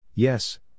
Yes